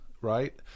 right